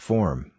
Form